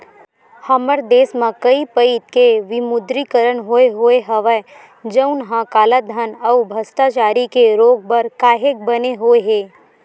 हमर देस म कइ पइत के विमुद्रीकरन होय होय हवय जउनहा कालाधन अउ भस्टाचारी के रोक बर काहेक बने होय हे